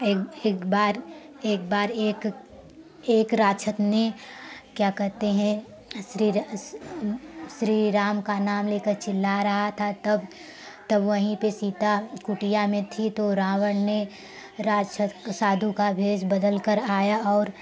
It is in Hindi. एक बार एक बार एक एक राक्षस ने क्या कहते हैं श्री श्री राम का नाम लेकर चिल्ला रहा था तब तब वहीं पर सीता कुटीया में थी तो रावन ने राक्षस साधू का वेष बदलकर आया और